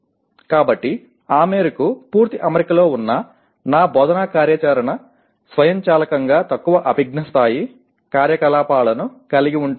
కాబట్టి ఆ మేరకు పూర్తి అమరికలో ఉన్న నా బోధనా కార్యాచరణ స్వయంచాలకంగా తక్కువ అభిజ్ఞా స్థాయి కార్యకలాపాలను కలిగి ఉంటుంది